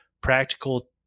practical